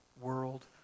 world